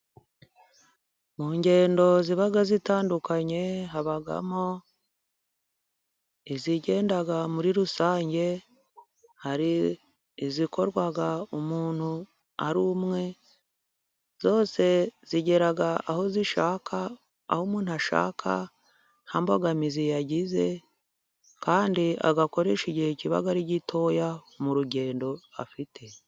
Mu ngendo ziba zitandukanye habamo izigenda muri rusange. Hari izikorwa umuntu ari umwe zose zigera aho zishaka, aho umuntu ashaka ha mbogamizi yagize kandi agakoresha igihe kiba ari gitoya mu rugendo afite. Zdd